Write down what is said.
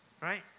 Right